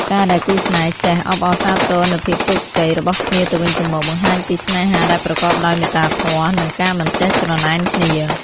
ការដែលគូស្នេហ៍ចេះ "អបអរសាទរនូវភាពជោគជ័យ" របស់គ្នាទៅវិញទៅមក បង្ហាញពីស្នេហាដែលប្រកបដោយមេត្តាធម៌ និងការមិនចេះច្រណែនគ្នា។